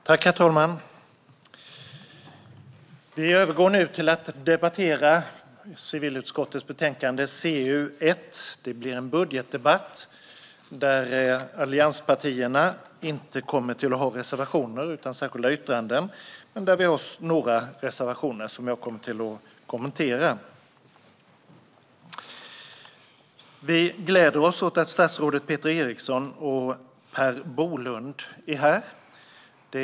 Herr talman! Vi övergår nu till att debattera civilutskottets betänkande CU1. Det blir en budgetdebatt där allianspartierna inte har några reservationer utan särskilda yttranden. I övrigt har vi några reservationer som jag kommer att kommentera. Vi gläder oss åt att statsråden Peter Eriksson och Per Bolund är här.